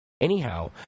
Anyhow